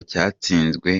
cyatsinzwe